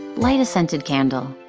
light a scented candle,